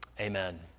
Amen